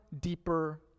deeper